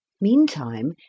Meantime